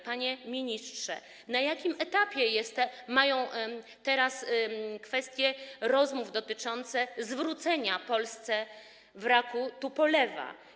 Panie ministrze, na jakim etapie są teraz kwestie rozmów dotyczących zwrócenia Polsce wraku tupolewa?